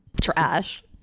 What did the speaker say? trash